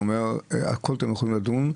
הוא אמר: בכול אתם יכולים לדון,